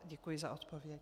Děkuji za odpověď.